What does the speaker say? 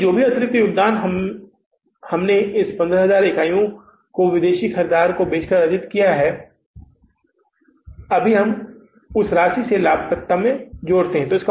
इसलिए जो भी अतिरिक्त योगदान हमने इस 15000 इकाइयों को विदेशी ख़रीदार को बेचकर अर्जित किया है कि अभी भी हम उसी राशि से लाभप्रदता में जुड़ते हैं